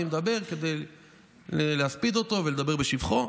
אני מדבר כדי להספיד אותו ולדבר בשבחו.